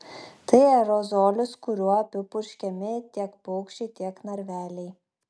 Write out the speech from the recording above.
tai aerozolis kuriuo apipurškiami tiek paukščiai tiek narveliai